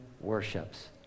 worships